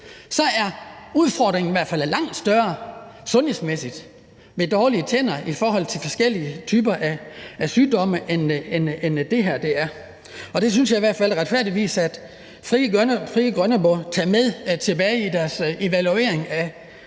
dårlige tænder i hvert fald langt større sundhedsmæssigt i forhold til forskellige typer af sygdomme, end menstruation er. Og det synes jeg retfærdigvis at Frie Grønne burde tage med tilbage i deres evaluering af